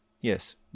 Yes